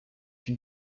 une